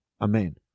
Amen